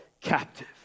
captive